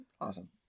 Awesome